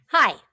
Hi